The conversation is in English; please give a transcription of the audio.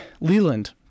Leland